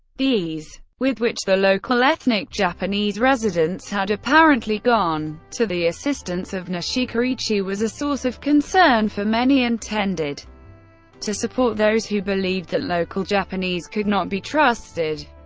the ease with which the local ethnic japanese residents had apparently gone to the assistance of nishikaichi was a source of concern for many, and tended to support those who believed that local japanese could not be trusted.